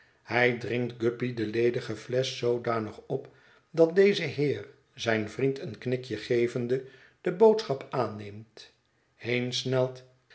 hij dringt guppy de ledige llesch zoodanig op dat deze heer zijn vriend een knikje gevende de boodschap aanneemt heensnelt